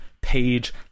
page